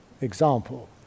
example